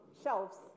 shelves